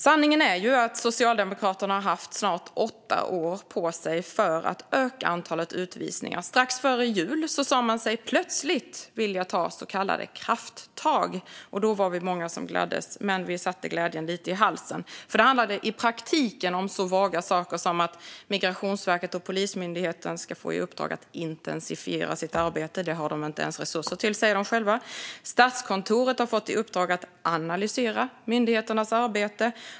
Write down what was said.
Sanningen är att Socialdemokraterna har haft snart åtta år på sig att öka antalet utvisningar. Strax före jul sa man sig plötsligt vilja ta så kallade krafttag. Vi var många som gladdes, men glädjen avtog snabbt. Det handlade i praktiken om så vaga saker som att Migrationsverket och polisen ska få i uppdrag att intensifiera sitt arbete. Det har de inte ens resurser till, enligt dem själva. Statskontoret har också fått i uppdrag att analysera myndigheternas arbete.